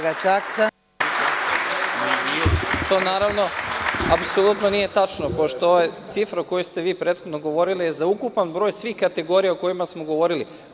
Naravno, to nije tačno, pošto cifra o kojoj ste prethodno govorili je za ukupan broj svih kategorija o kojima smo govorili.